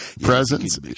presence